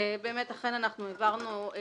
קיבלתי מייל אחד על הערה אחת,